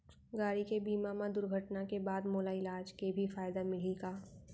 गाड़ी के बीमा मा दुर्घटना के बाद मोला इलाज के भी फायदा मिलही का?